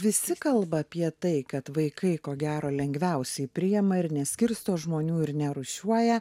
visi kalba apie tai kad vaikai ko gero lengviausiai priima ir neskirsto žmonių ir nerūšiuoja